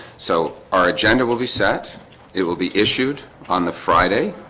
so our agenda will be set it will be issued on the friday